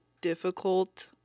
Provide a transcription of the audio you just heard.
difficult